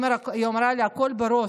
והיא אמרה לי: הכול בראש.